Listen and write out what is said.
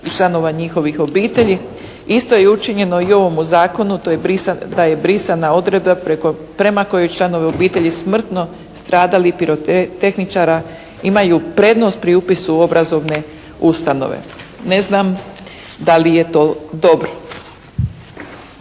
i članova njihovih obitelji. Isto je učinjeno i u ovom zakonu, da je brisana odredba prema kojoj članovi obitelji smrtno stradalih pirotehničara imaju prednost pri upisu u obrazovne ustanove. Ne znam da li je to dobro?